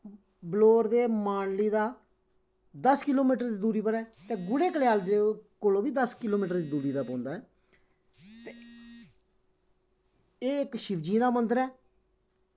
बलौर दे मांडली दा दस किलो मीटर दी दूरी पर ऐ ते गुड़े कोला बी दस किलो मीटर दी दूरी दा पौंदा ऐ ते एह् इक शिवजी दा मन्दर ऐ